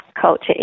culture